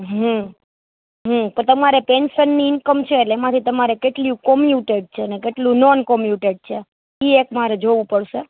હમ હમ પણ તમારે પેન્શનની ઇનકમ છે એટલે એમાંથી તમારે કેટલું કોમ્યુટેડ છે અને કેટલું નોન કોમ્યુટેડ છે એ એક મારે જોવું પડશે